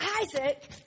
Isaac